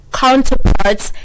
counterparts